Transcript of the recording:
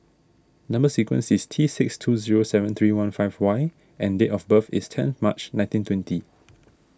Number Sequence is T six two zero seven three one five Y and date of birth is ten March nineteen twenty